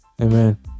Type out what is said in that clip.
Amen